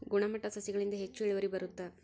ಗುಣಮಟ್ಟ ಸಸಿಗಳಿಂದ ಹೆಚ್ಚು ಇಳುವರಿ ಬರುತ್ತಾ?